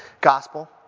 gospel